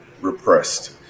repressed